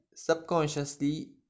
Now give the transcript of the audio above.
subconsciously